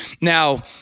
Now